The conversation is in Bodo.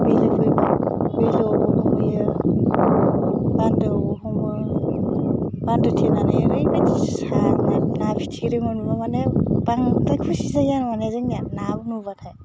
बिलो दैमा बिलोआव थब्ल'हैयो बान्दोआवबो हमो बान्दो थेनानै ओरैबायदि सारनानै ना फिथिख्रि मोनबा माने बांद्राय खुसि जायो आं माने जोंनिया ना नुबाथाय